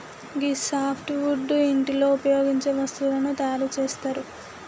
గీ soft wood ఇంటిలో ఉపయోగించే వస్తువులను తయారు చేస్తరు